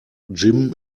jim